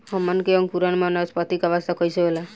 हमन के अंकुरण में वानस्पतिक अवस्था कइसे होला?